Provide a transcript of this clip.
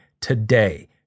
today